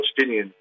Palestinians